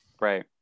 right